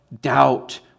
doubt